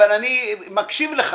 אבל אני מקשיב לך,